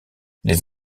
les